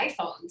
iPhones